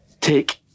take